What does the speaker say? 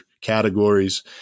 categories